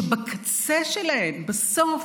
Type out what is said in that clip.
שבקצה שלהן, בסוף,